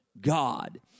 God